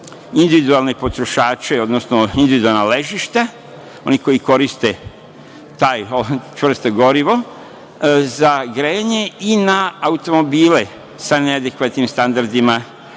individualne potrošače, odnosno individualna ležišta, oni koji koriste čvrsto gorivo za grejanje i na automobile sa neadekvatnim standardima